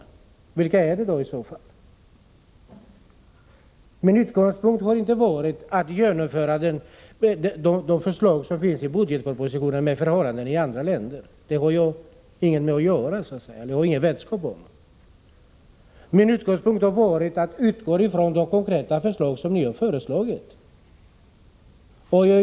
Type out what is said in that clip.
Vilka är då de förslagen? Min utgångspunkt har inte varit att göra några jämförelser när det gäller de förslag som finns i budgetpropositionen och förhållandena i andra länder. Därom har jag ingen vetskap. Min utgångspunkt har varit att ta fasta på de konkreta förslag som regeringen lagt fram.